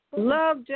Love